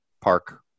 Park